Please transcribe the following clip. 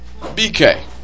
BK